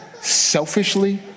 selfishly